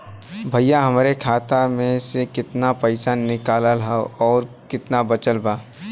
भईया हमरे खाता मे से कितना पइसा निकालल ह अउर कितना बचल बा?